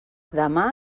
demà